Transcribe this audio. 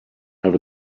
have